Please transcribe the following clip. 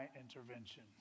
intervention